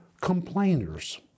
complainers